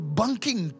bunking